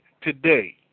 today